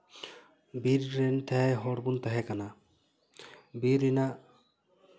ᱵᱤᱨ ᱨᱮᱱ ᱛᱟᱦᱮᱸ ᱦᱚᱲ ᱵᱚᱱ ᱛᱟᱦᱮᱸ ᱠᱟᱱᱟ ᱵᱤᱨ ᱨᱮᱱᱟᱜ